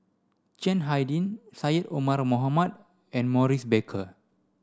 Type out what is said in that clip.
Chiang Hai Ding Syed Omar Mohamed and Maurice Baker